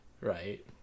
right